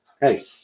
Hey